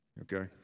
okay